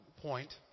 point